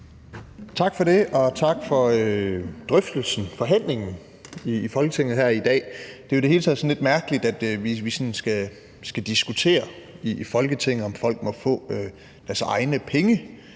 Tak for det. Og tak for forhandlingen i Folketinget her i dag. Det er jo i det hele taget lidt mærkeligt, at vi sådan skal diskutere i Folketinget, om folk må få deres egne penge,